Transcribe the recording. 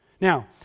Now